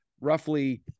roughly